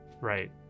right